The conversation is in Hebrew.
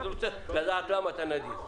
אני רוצה לדעת למה אתה נדיב.